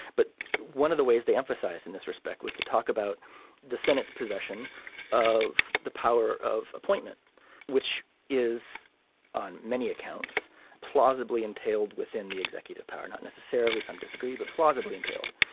but one of the ways they emphasize in this respect was to talk about the senate's possession of the power of appointment which is on many accounts plausibly entailed within the executive power not necessarily some disagree but plausibly entailed.